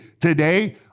today